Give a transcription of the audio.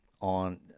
on